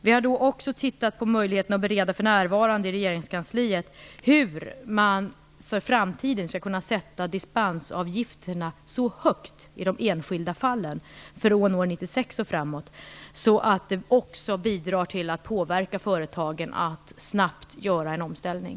Vi undersöker för närvarande i regeringskansliet vilka möjligheter som finns att i de enskilda fallen från år 1996 och framåt sätta dispensavgifterna så högt att detta också bidrar till att påverka företagen att snabbt genomföra en omställning.